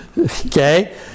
Okay